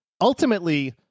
ultimately